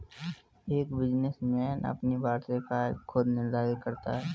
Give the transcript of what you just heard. एक बिजनेसमैन अपनी वार्षिक आय खुद निर्धारित करता है